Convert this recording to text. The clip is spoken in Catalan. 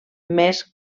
més